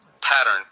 pattern